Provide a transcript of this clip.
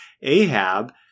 Ahab